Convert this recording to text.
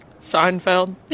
Seinfeld